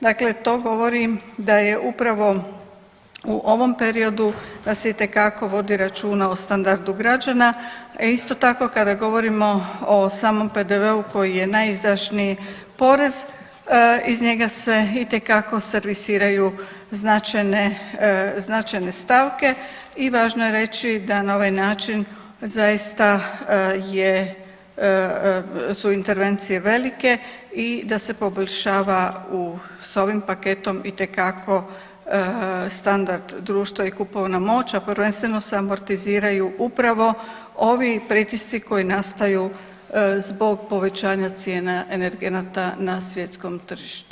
Dakle, to govorim da je upravo u ovom periodu da se itekako vodi računa o standardu građana, a isto tako kada govorimo o samom PDV-u koji je najizdašniji porez iz njega se itekako servisiraju značajne stave i važno je reći da na ovaj način zaista su intervencije velike i da se poboljšava s ovim paketom itekako standard društva i kupovna moć, a prvenstveno se amortiziraju upravo ovi pritisci koji nastaju zbog povećanja cijena energenata na svjetskom tržištu.